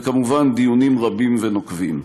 וכמובן דיונים רבים ונוקבים.